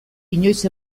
inoiz